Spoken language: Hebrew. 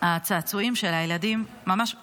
הצעצועים של הילדים ממש עומדים,